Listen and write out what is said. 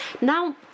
now